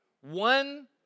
one